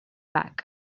back